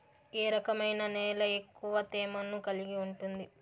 ఏ రకమైన నేల ఎక్కువ తేమను కలిగి ఉంటుంది?